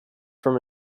from